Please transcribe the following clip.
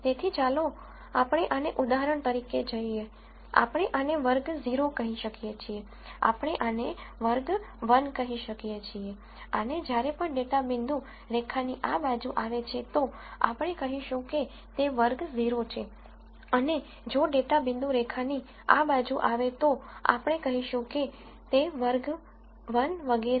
તેથી ચાલો આપણે આને ઉદાહરણ તરીકે જોઈએ આપણે આને વર્ગ 0 કહી શકીએ છીએ આપણે આને વર્ગ 1 કહી શકીએ છીએ અને જ્યારે પણ ડેટા પોઇન્ટ રેખાની આ બાજુ આવે છે તો આપણે કહીશું કે તે વર્ગ 0 છે અને જો ડેટા પોઇન્ટ રેખાની આ બાજુ આવે તો આપણે કહીશું કે તે વર્ગ 1 વગેરે